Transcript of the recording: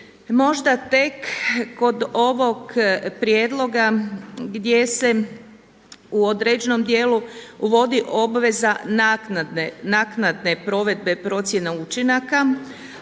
možda tek kod ovog prijedloga gdje se u određenom dijelu vodi obveza naknade provedbe procjene učinaka,